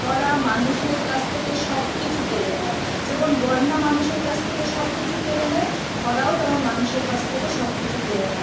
খরা মানুষের কাছ থেকে সব কিছু কেড়ে নেয় যেমন বন্যা মানুষের কাছ থেকে সব কিছু কেড়ে নেয় খরাও তেমন মানুষের কাছ থেকে সব কিছু কেড়ে নেয়